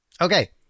Okay